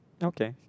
okay